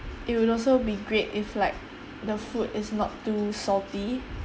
it would also be great if like the food is not too salty